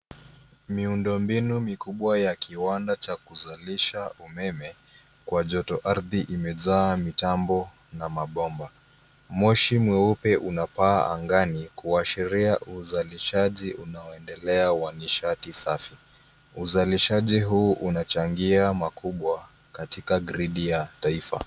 Miundo mbinu mikubwa ya kiwanda cha kuzalisha umeme kwa joto ardhi imejaa mitambo na mabomba. Moshi mweupe unapaa angani, kuashiria uzalishaji unaoendelea wa nishati safi. Uzalishaji huu unachangia makubwa katika gridi ya taifa.